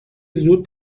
زود